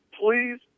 Please